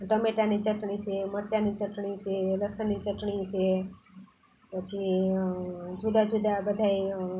ટમેટાંની ચટણી છે મરચાંની ચટણી છે લસણની ચટણી છે પછી જુદા જુદા બધાય